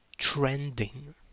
Trending